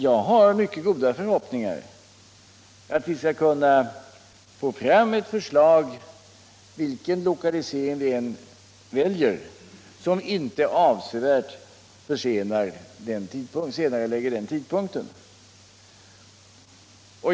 Jag har mycket goda förhoppningar att vi skall kunna få fram ett förslag, vilken lokalisering vi än väljer, som inte avsevärt senarelägger den tidpunkten.